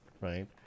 Right